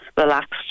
relaxed